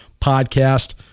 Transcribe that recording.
podcast